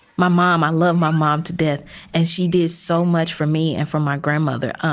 my mom, i love my mom to death and she does so much for me and for my grandmother um